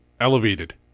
elevated